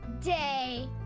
Day